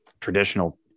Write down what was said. traditional